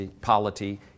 polity